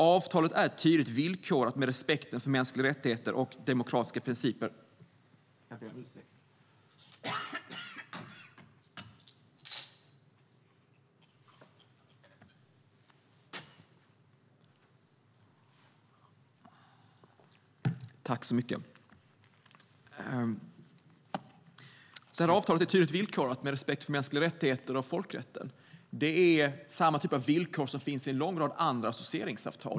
Avtalet är tydligt villkorat med respekt för mänskliga rättigheter, demokratiska principer och folkrätten. Det är samma typ av villkor som finns i en lång rad andra associeringsavtal.